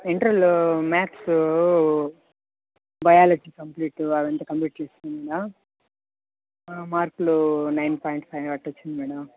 ఇంటర్లో maths biology complete వాళ్ళు ఉంటే కంప్లీట్ చేసుకున్నా మేడం మార్కులు నైన్ పాయింట్ ఫైవ్ అలా వచ్చింది మేడం